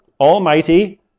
almighty